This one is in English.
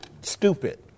stupid